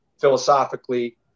philosophically